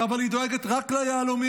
אבל היא דואגת רק ליהלומים,